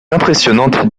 impressionnantes